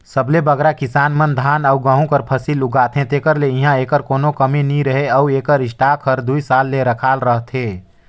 सबले बगरा किसान मन धान अउ गहूँ कर फसिल उगाथें तेकर ले इहां एकर कोनो कमी नी रहें अउ एकर स्टॉक हर दुई साल ले रखाल रहथे